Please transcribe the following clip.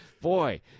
Boy